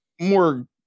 more